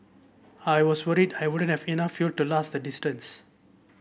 I was worried I wouldn't have enough fuel to last the distance